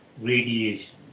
radiation